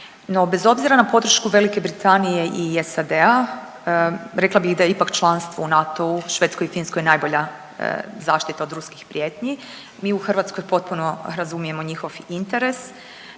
bez obzira na podršku Velike Britanije i SAD-a rekla bih da je ipak članstvo u NATO-u Švedskoj i Finskoj najbolja zaštita od ruskih prijetnji. Mi u Hrvatskoj potpuno razumijemo njihov interes.